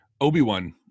Obi-Wan